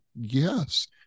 yes